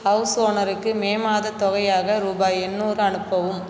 house ஓனருக்கு May மாதத் தொகையாக ரூபாய் எண்ணூறு அனுப்பவும்